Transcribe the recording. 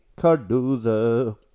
Cardoza